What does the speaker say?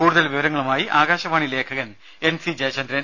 കൂടുതൽ വിവരങ്ങളുമായി ആകാശവാണി ലേഖകൻ എൻ സി ജയചന്ദ്രൻ